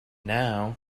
now